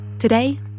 Today